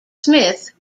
smith